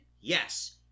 yes